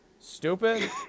Stupid